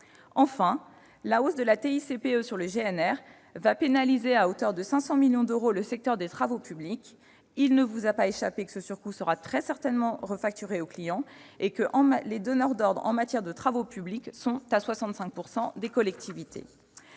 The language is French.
sur le gazole non routier, le GNR, va pénaliser à hauteur de 500 millions d'euros le secteur des travaux publics ; il ne vous aura pas échappé que ce surcoût sera très certainement refacturé aux clients. Or les donneurs d'ordres en matière de travaux publics sont à hauteur de 65 % les collectivités